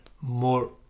more